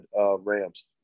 Rams